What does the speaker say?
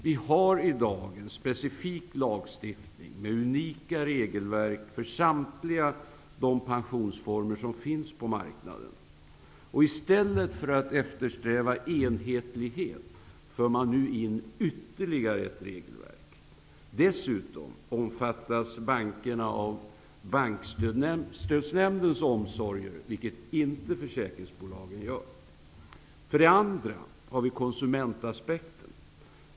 Vi har i dag en specifik lagstiftning, med unika regelverk för samtliga de pensionsformer som finns på marknaden. I stället för att eftersträva enhetlighet för man nu in ytterligare ett regelverk. Dessutom omfattas bankerna av Bankstödsnämndens omsorger, vilket inte försäkringsbolagen gör. För det andra har vi konsumentaspekten.